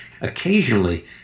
occasionally